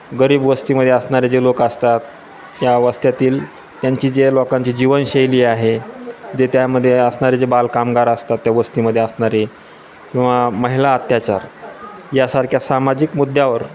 गरीब वस्तीमध्ये असणारे जे लोक असतात या वस्त्यातील त्यांची जे लोकांची जीवनशैली आहे जे त्यामध्ये असणारे जे बालकामगार असतात त्या वस्तीमध्ये असणारे किंवा महिला अत्याचार यासारख्या सामाजिक मुद्द्यावर